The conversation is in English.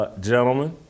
Gentlemen